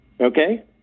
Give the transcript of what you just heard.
Okay